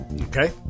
Okay